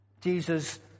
Jesus